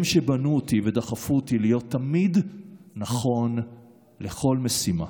הם שבנו אותי ודחפו אותי להיות תמיד נכון לכל משימה.